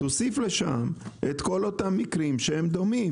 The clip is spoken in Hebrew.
תוסיף את כל המקרים הדומים.